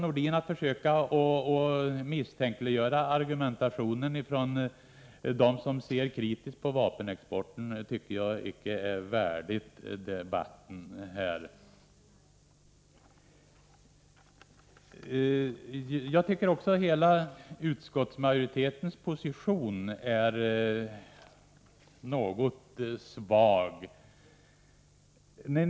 Nordins sätt att misstänkliggöra argumentationen från dem som ser kritiskt på vapenexporten tycker jag icke är värdigt debatten här. Jag tycker också hela utskottsmajoritetens position är något svag.